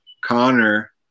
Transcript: Connor